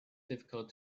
difficult